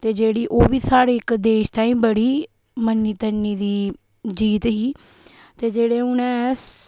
ते जेह्ड़ी ओह् बी स्हाड़े इक देश ताईं बड़ी मन्नी तन्नी दी जीत ही ते जेह्ड़े हून ऐ